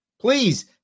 please